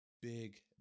big